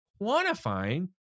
quantifying